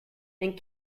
and